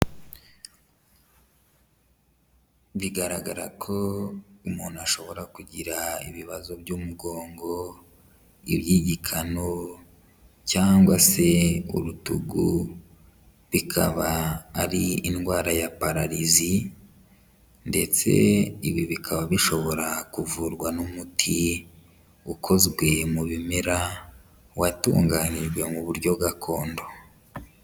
Bigaragara ko umuntu ashobora kugira ibibazo by'umugongo, iby'igikanu cyangwa se urutugu, bikaba ari indwara ya pararizi ndetse ibi bikaba bishobora kuvurwa n'umuti ukozwe mu bimera watunganijwe mu buryo gakondo.